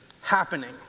happening